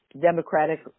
democratic